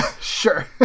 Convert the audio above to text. sure